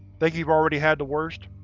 think you already had the worst?